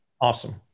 Awesome